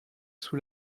sous